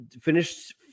finished